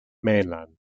mainland